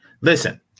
Listen